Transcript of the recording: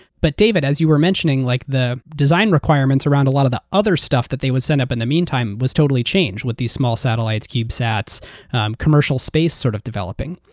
but david, as you were mentioning, like the design requirements around a lot of the other stuff that they would send up in the meantime was totally changed with these small satellites cubesat commercial space sort of developing.